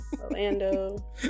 Orlando